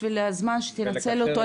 בשביל הזמן שתנצל אותו,